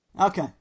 Okay